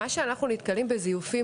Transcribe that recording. במה שאנחנו נתקלים בזיופים,